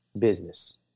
business